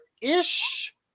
Ish